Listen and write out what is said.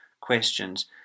questions